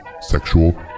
sexual